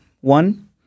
One